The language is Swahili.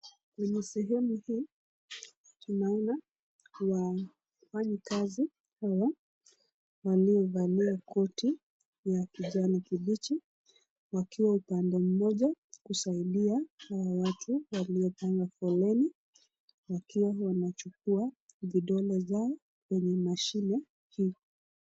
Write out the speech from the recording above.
Kwenye sehemu hii tunaona wafanyikazi hao wanao valia koti ya kijani kibichi, wakiwa upande mmoja kusaidia hao watu waliopanga foreni wakiwa wanachukua vidole zao kwenye mashine hii.